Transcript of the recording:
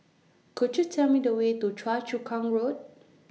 Could YOU Tell Me The Way to Choa Chu Kang Road